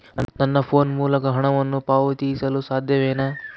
ನನ್ನ ಫೋನ್ ಮೂಲಕ ಹಣವನ್ನು ಪಾವತಿಸಲು ಸಾಧ್ಯನಾ?